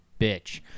bitch